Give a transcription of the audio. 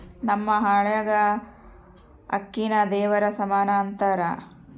ನಮ್ಮ ಹಳ್ಯಾಗ ಅಕ್ಕಿನ ದೇವರ ಸಮಾನ ಅಂತಾರ